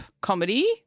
comedy